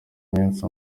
iminsi